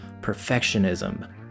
perfectionism